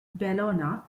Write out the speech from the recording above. bellona